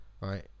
Right